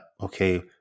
okay